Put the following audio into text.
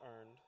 earned